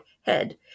head